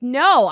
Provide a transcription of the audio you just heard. no